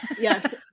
Yes